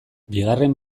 bigarren